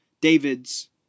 David's